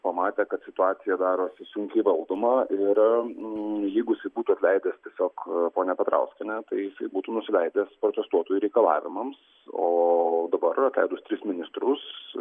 pamatė kad situacija darosi sunkiai valdoma ir jeigu jisai būtų atleidęs tiesiog ponią petrauskienę tai jisai būtų nusileidęs protestuotojų reikalavimams o dabar atleidus tris ministrus